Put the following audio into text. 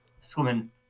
swimming